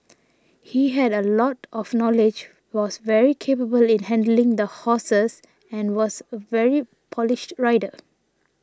he had a lot of knowledge was very capable in handling the horses and was a very polished rider